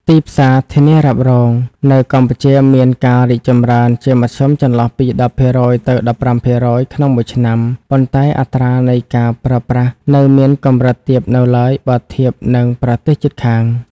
ទីផ្សារធានារ៉ាប់រងនៅកម្ពុជាមានការរីកចម្រើនជាមធ្យមចន្លោះពី ១០% ទៅ ១៥% ក្នុងមួយឆ្នាំ ប៉ុន្តែអត្រានៃការប្រើប្រាស់ នៅមានកម្រិតទាបនៅឡើយបើធៀបនឹងប្រទេសជិតខាង។